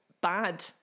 bad